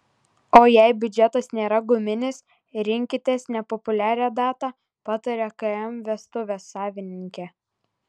o jei biudžetas nėra guminis rinkitės nepopuliarią datą pataria km vestuvės savininkė